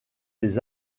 les